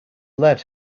lead